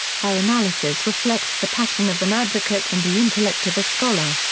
her analysis reflects the passion of an advocate and the intellect of a scholar.